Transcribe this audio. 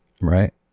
right